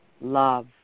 love